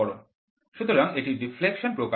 সুতরাং এটি ডিফ্লেকশন প্রকারের